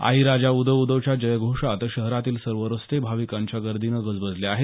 आई राजा उदो उदोच्या जयघोषात शहरातील सर्व रस्ते भाविकांच्या गर्दीनं गजबजले आहेत